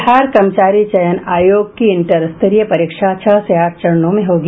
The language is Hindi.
बिहार कर्मचारी चयन आयोग की इंटर स्तरीय परीक्षा छह से आठ चरणों में होगी